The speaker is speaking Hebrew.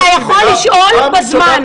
אתה יכול לשאול בזמן.